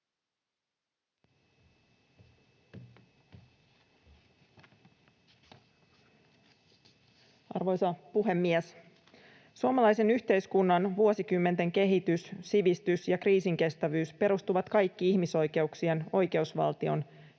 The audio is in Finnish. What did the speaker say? Arvoisa puhemies! Suomalaisen yhteiskunnan vuosikymmenten kehitys, sivistys ja kriisinkestävyys perustuvat kaikki ihmisoikeuksien, oi- keusvaltion,